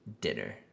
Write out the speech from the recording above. dinner